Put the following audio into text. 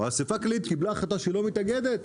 האסיפה הכללית קיבלה החלטה שהיא לא מתאגדת,